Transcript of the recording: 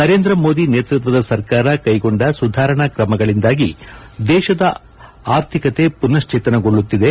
ನರೇಂದ್ರ ಮೋದಿ ನೇತೃತ್ವದ ಸರ್ಕಾರ ಕೈಗೊಂಡ ಸುಧಾರಣಾ ಕ್ರಮಗಳಿಂದಾಗಿ ದೇಶದ ಆರ್ಥಿಕತೆ ಮನಶ್ವೇತನಗೊಳ್ಳುತ್ತಿದೆ